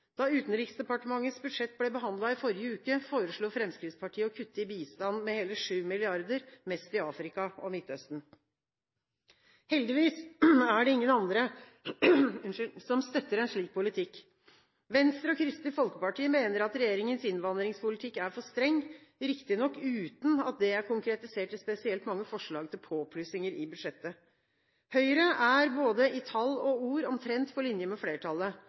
Da Utenriksdepartementets budsjett ble behandlet i forrige uke, foreslo Fremskrittspartiet å kutte i bistanden med hele 7 mrd. kr, mest i Afrika og Midtøsten. Heldigvis er det ingen andre som støtter en slik politikk. Venstre og Kristelig Folkeparti mener at regjeringens innvandringspolitikk er for streng, riktignok uten at det er konkretisert i spesielt mange forslag til påplussinger i budsjettet. Høyre er – både i tall og ord – omtrent på linje med flertallet.